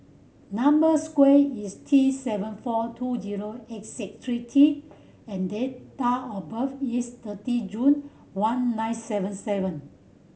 number square is T seven four two zero eight six three T and date of birth is thirty June one nine seven seven